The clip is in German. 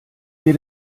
wir